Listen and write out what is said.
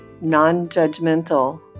non-judgmental